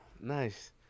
Nice